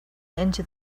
into